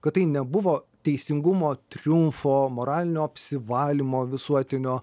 kad tai nebuvo teisingumo triumfo moralinio apsivalymo visuotinio